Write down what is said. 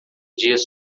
dias